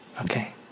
Okay